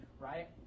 Right